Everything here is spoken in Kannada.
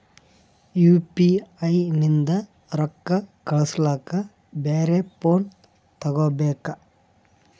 ಯು.ಪಿ.ಐ ನಿಂದ ರೊಕ್ಕ ಕಳಸ್ಲಕ ಬ್ಯಾರೆ ಫೋನ ತೋಗೊಬೇಕ?